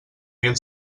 mil